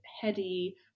heady